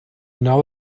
know